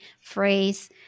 phrase